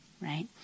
Right